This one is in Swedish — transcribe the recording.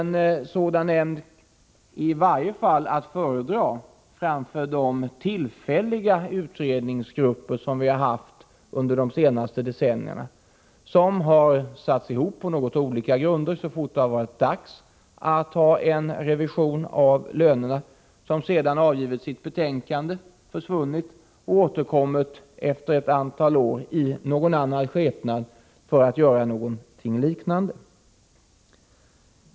En sådan nämnd är i varje fall att föredra framför de tillfälliga utredningsgrupper som vi haft under de senaste decennierna. De har satts ihop på olika grunder då det varit dags att göra en revision av lönerna. De har sedan avgivit sitt betänkande, försvunnit och efter ett antal år återkommit i ny skepnad för att göra någonting liknande.